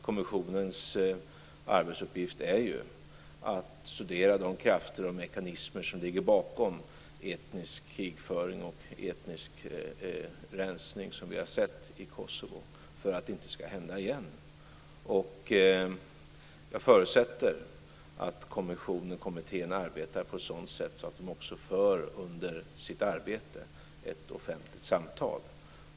Kommissionens arbetsuppgift är ju att studera de krafter och mekanismer som ligger bakom etnisk krigföring och etnisk rensning som vi har sett i Kosovo för att det inte ska hända igen. Jag förutsätter att kommissionen arbetar på ett sådant sätt att man också under sitt arbete för ett offentligt samtal.